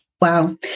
Wow